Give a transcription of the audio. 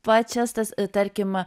pačias tas tarkim